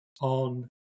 on